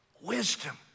Wisdom